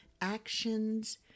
actions